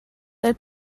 del